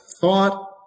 thought